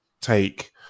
take